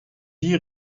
die